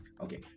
Okay